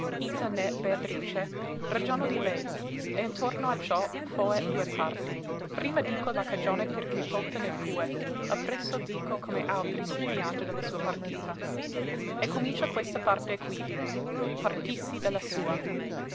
beatrice ragiono di lei e intorno a ciò foe due parti prima dico la cagione per che tolta ne fue appresso dico come altri si piange de la sua partita e comincia questa parte quivi partìssi de la sua